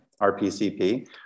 RPCP